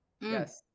Yes